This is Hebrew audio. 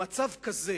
במצב כזה